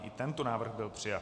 I tento návrh byl přijat.